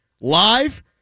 Live